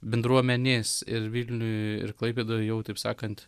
bendruomenės ir vilniuj ir klaipėdoj jau taip sakant